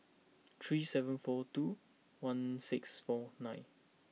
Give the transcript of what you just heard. three seven four two one six four nine